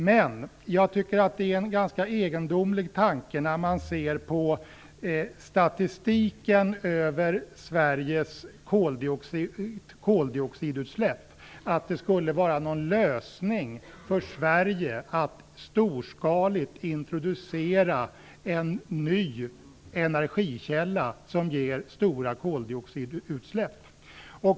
Men när man ser på statistiken över Sveriges koldioxidutsläpp tycker jag att det är en ganska egendomlig tanke att det skulle vara någon lösning för Sverige att storskaligt introducera en ny energikälla som ger stora koldioxidutsläpp.